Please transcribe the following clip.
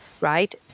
right